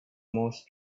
most